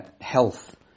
health